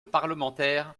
parlementaire